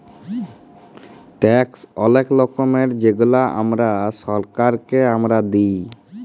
tax অলেক রকমের যেগলা আমরা ছরকারকে আমরা দিঁই